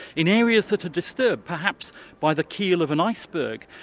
in areas that are disturbed perhaps by the keel of an iceberg,